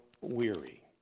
weary